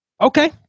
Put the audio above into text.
Okay